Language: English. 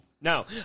No